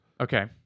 Okay